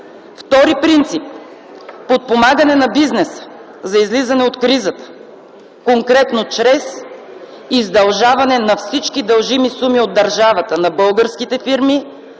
Втори принцип – подпомагане на бизнеса за излизане от кризата, конкретно чрез издължаване на всички дължими суми от държавата на българските фирми